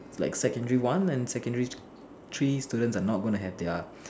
like secondary one and secondary three students are not going to have their